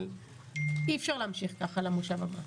אבל אי אפשר להמשיך ככה למושב הבא.